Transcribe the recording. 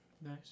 Nice